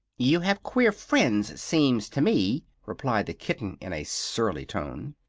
you have queer friends, seems to me, replied the kitten, in a surly tone.